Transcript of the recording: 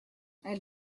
elle